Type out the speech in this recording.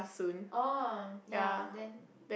oh ya then